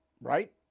right